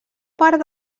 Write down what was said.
part